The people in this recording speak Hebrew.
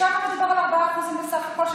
שם מדובר על 4% בסך הכול,